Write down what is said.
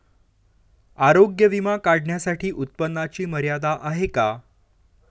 आरोग्य विमा काढण्यासाठी उत्पन्नाची मर्यादा आहे का?